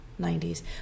90s